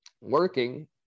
working